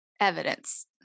Evidence